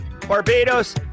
Barbados